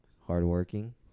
hardworking